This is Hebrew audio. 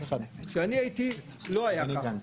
כשאני הייתי זה לא היה ככה.